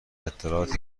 اطلاعاتی